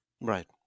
Right